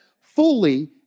fully